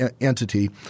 entity